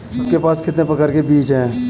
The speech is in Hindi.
आपके पास कितने प्रकार के बीज हैं?